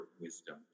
wisdom